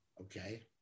Okay